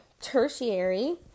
Tertiary